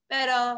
Pero